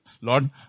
Lord